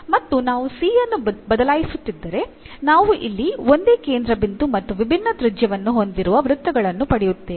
ಮತ್ತು ನಾವು c ಅನ್ನು ಬದಲಾಯಿಸುತ್ತಿದ್ದರೆ ನಾವು ಇಲ್ಲಿ ಒಂದೇ ಕೇಂದ್ರಬಿಂದು ಮತ್ತು ವಿಭಿನ್ನ ತ್ರಿಜ್ಯವನ್ನು ಹೊಂದಿರುವ ವೃತ್ತಗಳನ್ನು ಪಡೆಯುತ್ತೇವೆ